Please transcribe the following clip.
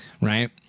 Right